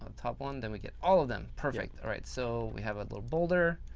and top one. then we get all of them. perfect. alright, so we have a little boulder,